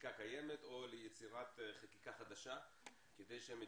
חקיקה קיימת או ליצירת חקיקה כדי שהמדינה